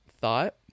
thought